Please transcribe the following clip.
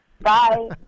Bye